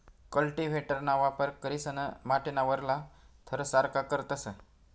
कल्टीव्हेटरना वापर करीसन माटीना वरला थर सारखा करतस